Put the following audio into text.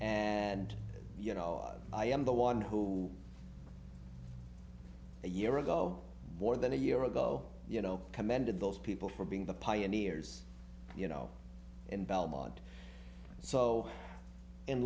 and you know i am the one who a year ago more than a year ago you know commended those people for being the pioneers you know in belmont so in